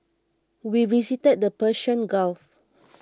we visited the Persian Gulf